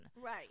Right